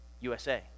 USA